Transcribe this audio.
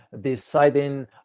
deciding